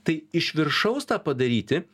tai iš viršaus tą padaryti